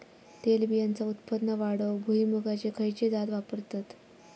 तेलबियांचा उत्पन्न वाढवूक भुईमूगाची खयची जात वापरतत?